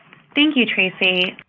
thank you, tracey.